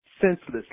senselessly